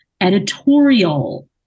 editorial